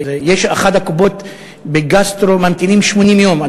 באחת הקופות ממתינים לתור לגסטרו 80 יום,